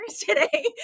today